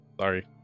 Sorry